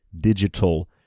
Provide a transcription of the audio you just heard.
digital